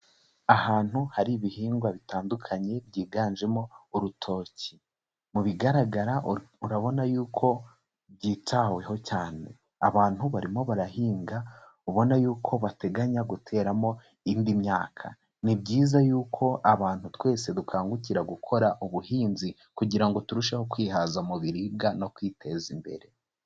Ahantu hari ibihingwa bitandukanye byiganjemo urutoki. Mu bigaragara urabona yuko byitaweho cyane. Abantu barimo barahinga ubona yuko bateganya guteramo indi myaka. Ni byiza yuko abantu twese dukangukira gukora ubuhinzi kugira ngo turusheho kwihaza mu biribwa no kwiteza imbere.